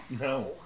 No